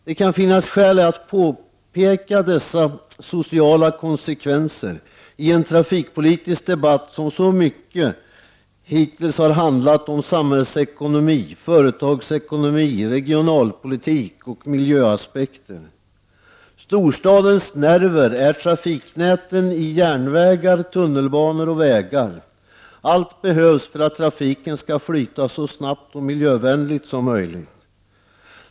Det kan finnas skäl att påpeka dessa sociala konsekvenser i en trafikpolitisk debatt som så mycket hitills har handlat om samhällsekonomi, företagsekonomi, regional politik och miljöaspekter. Storstadens nerver är trafiknäten i järnvägar, tunnelbanor och vägar. Allt behövs för att trafiken skall flyta så snabbt och miljövänligt som möjligt.